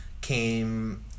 came